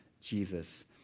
Jesus